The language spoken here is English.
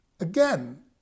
again